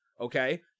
Okay